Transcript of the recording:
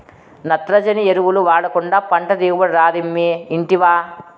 నత్రజని ఎరువులు వాడకుండా పంట దిగుబడి రాదమ్మీ ఇంటివా